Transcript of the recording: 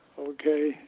Okay